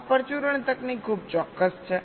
આ પરચુરણ તકનીક ખૂબ ચોક્કસ છે